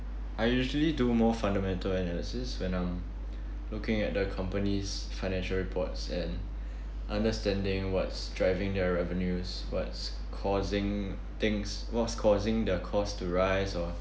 I usually do more fundamental analysis when I'm looking at the company's financial reports and understanding what's driving their revenues what's causing things what's causing their cost to rise or